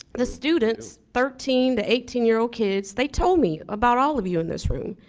the students, thirteen to eighteen year old kids, they told me about all of you in this room.